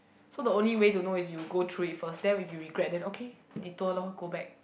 so the only way to know is you go through it first then if you regret then okay detour lor go back